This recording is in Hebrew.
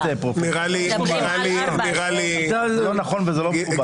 זה לא נכון, וזה לא מכובד.